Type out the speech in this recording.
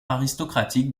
aristocratique